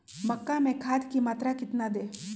मक्का में खाद की मात्रा कितना दे?